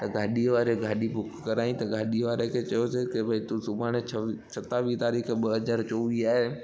त गाॾी वारे गाॾी बुक कराई त गाॾी वारे खे चयोसिंसि कि भई तूं सुभाणे छवीह सतावीह तारीख ॿ हज़ार चोवीह आहे